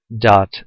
dot